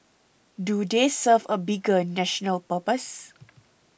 do they serve a bigger national purpose